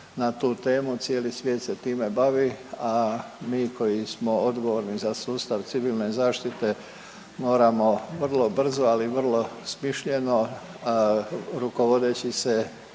na tu temu, cijeli svijet se time bavi, a mi koji smo odgovorni za sustav civilne zaštite moramo vrlo brzo, ali i vrlo smišljeno rukovodeći se